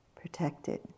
protected